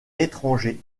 étrangers